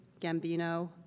Gambino